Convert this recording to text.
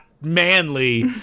manly